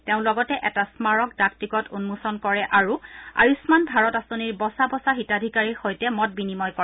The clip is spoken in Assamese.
তেওঁ লগতে এটা স্মাৰক ডাক টিকট উম্মোচন কৰে আৰু আয়ুম্মান ভাৰত আঁচনিৰ বছা বছা হিতাধিকাৰীৰ সৈতে মত বিনিময় কৰে